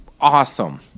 awesome